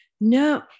No